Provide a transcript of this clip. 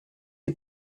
die